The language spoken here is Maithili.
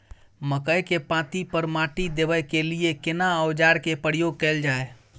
मकई के पाँति पर माटी देबै के लिए केना औजार के प्रयोग कैल जाय?